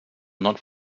not